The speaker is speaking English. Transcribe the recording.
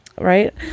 right